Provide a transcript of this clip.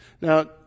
Now